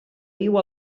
viu